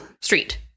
street